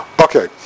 Okay